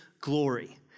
glory